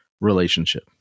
relationship